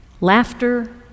laughter